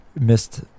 missed